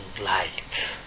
light